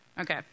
Okay